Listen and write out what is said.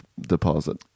deposit